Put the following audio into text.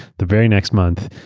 the very next month,